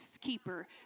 keeper